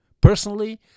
personally